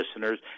listeners